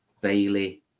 Bailey